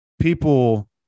people